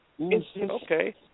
Okay